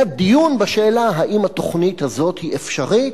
היה דיון בשאלה אם התוכנית הזאת היא אפשרית,